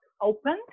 opened